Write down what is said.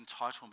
entitlement